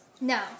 No